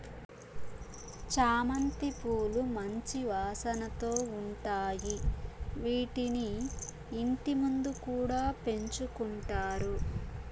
చామంతి పూలు మంచి వాసనతో ఉంటాయి, వీటిని ఇంటి ముందు కూడా పెంచుకుంటారు